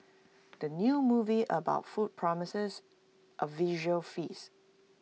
the new movie about food promises A visual feast